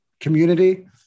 community